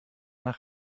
nach